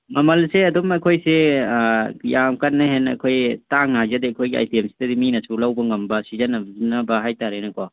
ꯃꯃꯜꯁꯦ ꯑꯗꯨꯝ ꯑꯩꯈꯣꯏꯁꯤ ꯌꯥꯝ ꯀꯟꯅ ꯍꯦꯟꯅ ꯑꯩꯈꯣꯏ ꯇꯥꯡꯅ ꯊꯥꯖꯗꯦ ꯑꯩꯈꯣꯏꯒꯤ ꯑꯥꯏꯇꯦꯝꯁꯤꯗꯗꯤ ꯃꯤꯅꯁꯨ ꯂꯧꯕ ꯉꯝꯕ ꯁꯤꯖꯟꯅꯅꯕ ꯍꯥꯏꯇꯥꯔꯦꯅꯦꯀꯣ